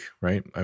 right